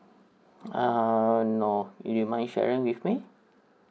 err no you mind sharing with me